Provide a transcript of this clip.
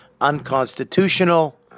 Unconstitutional